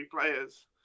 players